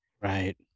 right